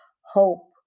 hope